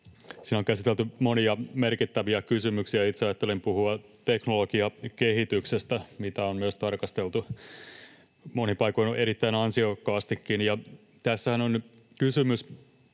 Siinä on käsitelty monia merkittäviä kysymyksiä. Itse ajattelin puhua teknologian kehityksestä, mitä on myös tarkasteltu monin paikoin erittäin ansiokkaastikin. Tässähän on kysymys